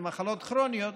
ומחלות כרוניות